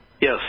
Yes